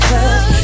Cause